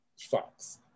Fox